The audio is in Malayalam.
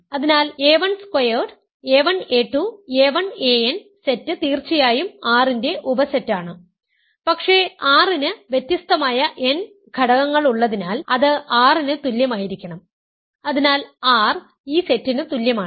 അതിനാൽ a1 squared a1 a2 a1 an set തീർച്ചയായും R ന്റെ ഉപസെറ്റാണ് പക്ഷേ R ന് വ്യത്യസ്തമായ n ഘടകങ്ങൾ ഉള്ളതിനാൽ അത് R ന് തുല്യമായിരിക്കണം അതിനാൽ R ഈ സെറ്റിന് തുല്യമാണ്